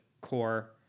Core